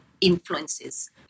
influences